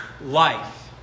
life